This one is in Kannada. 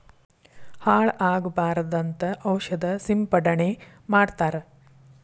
ಹಾಳ ಆಗಬಾರದಂತ ಔಷದ ಸಿಂಪಡಣೆ ಮಾಡ್ತಾರ